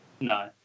No